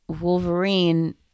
Wolverine